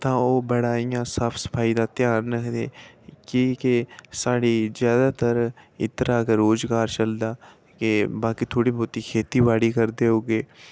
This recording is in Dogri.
तां ओह् बड़ा इं'या साफ सफाई दा ध्यान रखदे के साढ़ी जैदातर ते इत्तै रा गै रोजगार चलदा ते बाकी थोह्ड़ी बती खेतीबाड़ी करते होगे